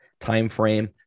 timeframe